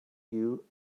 you